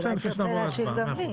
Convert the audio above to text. בסדר, לפני שנעבור להצבעה.